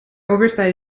oversized